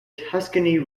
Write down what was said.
tuscany